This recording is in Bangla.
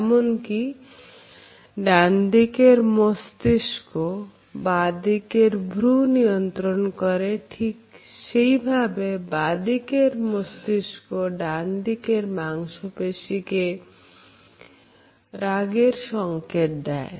যেমন কি ডানদিকের মস্তিষ্ক বাঁ দিকের ভ্রু নিয়ন্ত্রণ করে ঠিক সেইভাবে বাঁদিকের মস্তিষ্ক ডান দিকের মাংসপেশিকে রাগের সংকেত দেয়